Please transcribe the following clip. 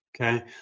okay